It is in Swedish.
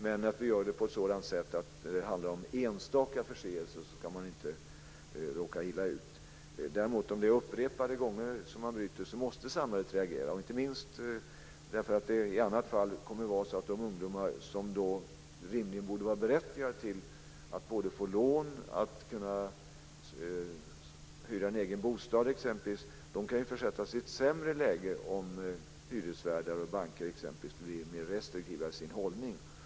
Men vi måste göra detta på ett sådant sätt att man inte ska råka illa ut om det bara rör sig om enstaka förseelser. Om det däremot handlar om upprepade förseelser måste samhället reagera, inte minst därför att de ungdomar som rimligen borde vara berättigade till att få lån, hyra en egen bostad osv. kan försättas i ett sämre läge om banker och hyresvärdar blir mer restriktiva i sin hållning.